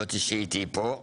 זאת שאיתי פה,